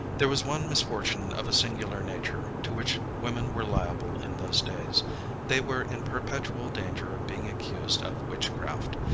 there was one misfortune of a singular nature, to which women were liable in those days they were in perpetual danger of being accused of witchcraft,